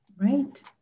Right